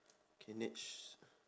K next